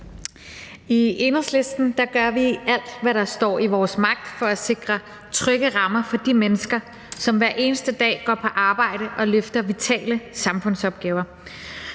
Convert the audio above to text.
I Enhedslisten gør vi alt, hvad der står i vores magt, for at sikre trygge rammer for de mennesker, der hver eneste dag går på arbejde og løfter vitale samfundsopgaver.